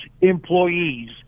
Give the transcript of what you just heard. employees